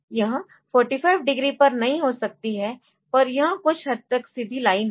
यह 45 डिग्री पर नहीं हो सकती है पर यह कुछ हद तक सीधी लाइन है